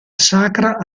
sacra